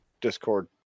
Discord